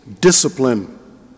discipline